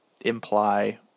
imply